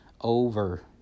over